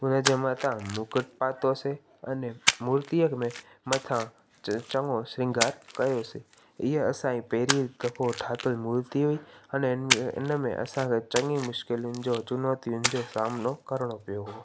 हुनजे मथां मुकुट पातोसी अने मुर्तीअ में मथां च चङो श्रींगार कयोसीं हीअ असांजी पहिरीं दफ़ो ठाहियल मुर्ती हुई अने इन इन में असांखे चङी मुश्किलातुनि जो चुनौतियुनि जो सामनो करणो पियो हुओ